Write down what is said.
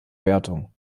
wertung